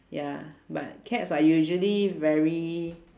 ya but cats are usually very